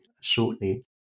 shortly